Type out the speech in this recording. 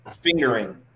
Fingering